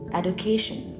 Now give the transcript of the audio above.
education